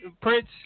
Prince